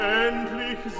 endlich